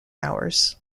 hours